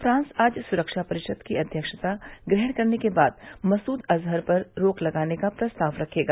France आज सुरक्षा परिषद की अध्यक्षता ग्रहण करने के बाद मसूद अज़हर पर रोक लगाने का प्रस्ताव रखेगा